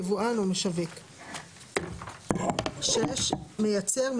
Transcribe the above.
יבואן או משווק 6. מייצר,